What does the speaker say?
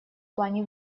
плане